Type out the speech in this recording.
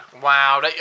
Wow